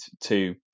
two